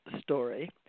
story